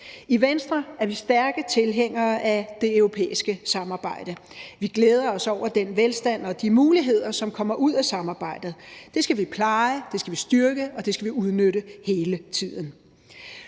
I Venstre er vi stærke tilhængere af det europæiske samarbejde. Vi glæder os over den velstand og de muligheder, som kommer ud af samarbejdet. Det skal vi pleje, det skal vi styrke, og det